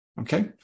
Okay